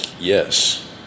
Yes